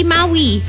Maui